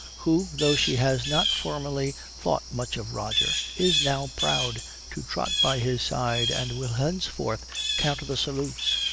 who, though she has not formerly thought much of roger, is now proud to trot by his side and will henceforth count the salutes,